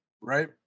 right